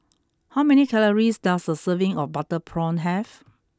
how many calories does a serving of Butter Prawn have